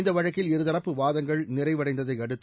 இந்த வழக்கில் இருதரப்பு வாதங்கள் நிறைவடைந்ததை அடுத்து